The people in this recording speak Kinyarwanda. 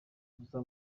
ubusa